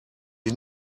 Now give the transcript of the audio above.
ich